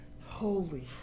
Holy